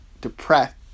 depressed